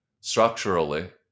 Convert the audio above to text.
structurally